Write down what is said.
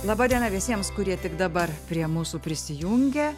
laba diena visiems kurie tik dabar prie mūsų prisijungė